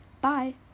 Bye